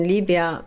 Libya